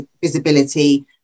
visibility